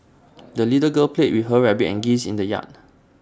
the little girl played with her rabbit and geese in the yard